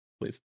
Please